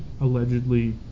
allegedly